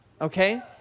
Okay